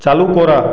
চালু করা